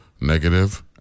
negative